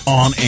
on